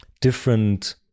different